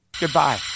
goodbye